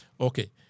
Okay